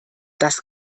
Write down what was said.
das